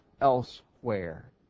elsewhere